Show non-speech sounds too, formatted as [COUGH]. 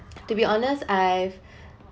to be honest I've [BREATH]